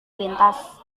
lintas